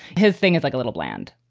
his thing is like a little bland.